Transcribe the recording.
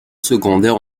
secondaires